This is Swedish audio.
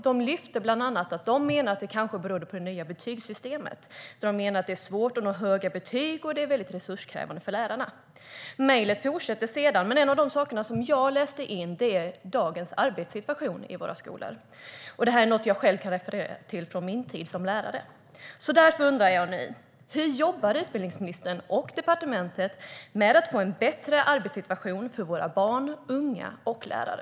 De sa bland annat att det kanske berodde på det nya betygssystemet. De menade att det är svårt att nå höga betyg och att det är mycket resurskrävande för lärarna. Mejlet fortsatte med andra saker. Men en av de saker som jag läste in gällde dagens arbetssituation i våra skolor. Det är något jag själv kan relatera till från min tid som lärare. Därför undrar jag nu: Hur jobbar utbildningsministern och departementet med att få en bättre arbetssituation för våra barn, unga och lärare?